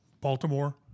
Baltimore